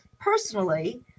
personally